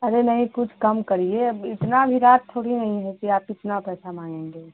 अरे नहीं कुछ कम करिए अब इतना भी रात थोड़ी नहीं है कि आप इतना पैसा माँगेंगे